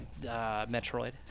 Metroid